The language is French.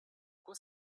quoi